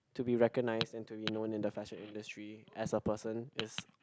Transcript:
to be recognized and to be known in the fashion industry as a person is